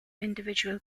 individual